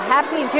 Happy